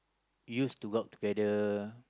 used to go out together